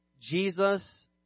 Jesus